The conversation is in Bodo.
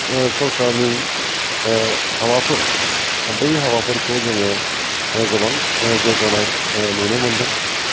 सोरकारनि हाबाफोर बै हाबाफोरखौ जोङो गोबां जौगानाय नुनो मोन्दों